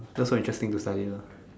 those are interesting to study lor